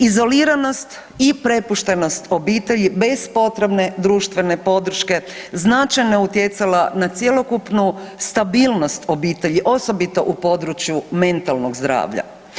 Izoliranost i prepuštenost obitelji bez potrebne društvene podrške značajno je utjecala na cjelokupnu stabilnost obitelji osobito u području mentalnog zdravlja.